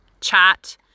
chat